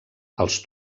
als